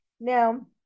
Now